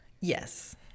yes